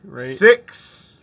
Six